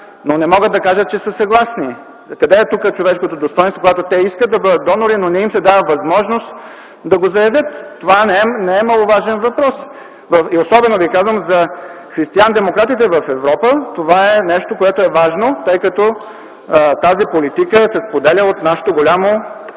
но не могат да кажат, че са съгласни. Къде тук е човешкото достойнство, когато те искат да бъдат донори, но не им се дава възможност да го заявят? Това не е маловажен въпрос. Казвам ви, че за християндемократите в Европа това е нещо важно, тъй като тази политика се споделя от нашето голямо